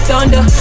Thunder